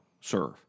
serve